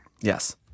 Yes